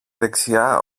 δεξιά